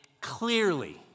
clearly